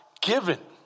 Given